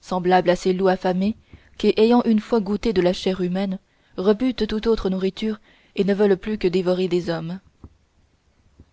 semblables à ces loups affamés qui ayant une fois goûté de la chair humaine rebutent toute autre nourriture et ne veulent plus que dévorer des hommes